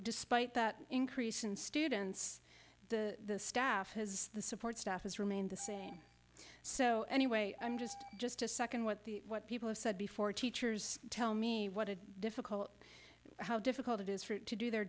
despite that increase in students the staff has the support staff has remained the same so anyway i'm just just to second what the what people have said before teachers tell me what a difficult how difficult it is for it to do their